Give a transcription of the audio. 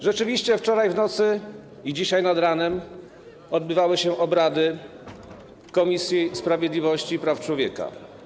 Rzeczywiście wczoraj w nocy i dzisiaj nad ranem odbywały się obrady Komisji Sprawiedliwości i Praw Człowieka.